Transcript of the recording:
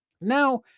Now